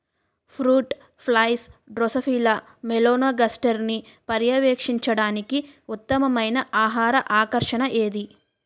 Fruit flies Drosophila మెలనోగాస్టర్ని పర్యవేక్షించడానికి ఉత్తమమైన ఆహార ఆకర్షణ ఏది?